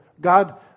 God